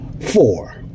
four